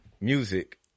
music